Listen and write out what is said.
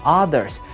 others